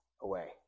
away